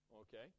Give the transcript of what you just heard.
Okay